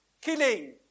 killing